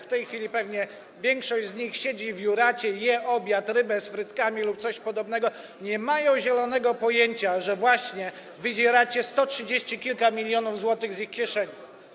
W tej chwili pewnie większość z nich siedzi w Juracie, je obiad, rybę z frytkami lub coś podobnego, nie mają zielonego pojęcia, że właśnie wydzieracie sto trzydzieści kilka milionów złotych z ich kieszeni.